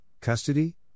Custody